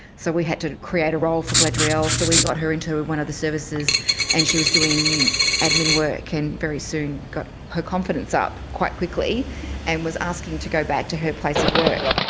so we had to create a role for galadriel, so we got her into one of the services and she was doing admin work, and very soon got her confidence up quite quickly and was asking to go back to her place of work.